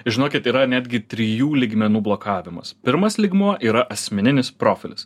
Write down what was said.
žinokit yra netgi trijų lygmenų blokavimas pirmas lygmuo yra asmeninis profilis